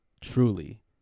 truly